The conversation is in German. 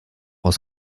aus